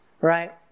right